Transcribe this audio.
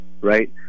right